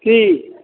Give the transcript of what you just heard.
की